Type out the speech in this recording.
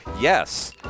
Yes